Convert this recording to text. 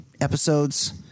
episodes